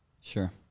Sure